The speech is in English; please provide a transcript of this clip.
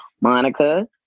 Monica